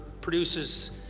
produces